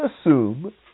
assume